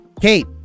kate